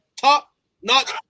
top-notch